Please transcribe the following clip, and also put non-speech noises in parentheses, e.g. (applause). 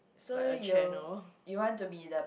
like a channel (breath)